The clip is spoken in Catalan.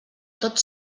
tot